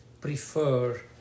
prefer